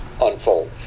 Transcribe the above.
unfold